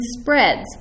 spreads